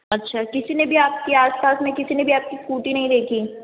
अच्छा किसी ने भी आपके आस पास किसी ने भी आपकी स्कूटी नहीं देखी